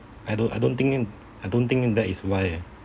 I don't I don't think I don't think that is why